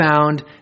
found